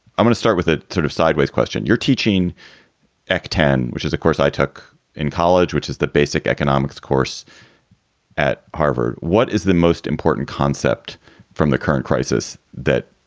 i want to start with a sort of sideways question. you're teaching actand, which is, of course, i took in college, which is the basic economics course at harvard. what is the most important concept from the current crisis that